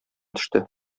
төште